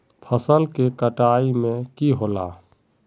फसल के कटाई में की होला?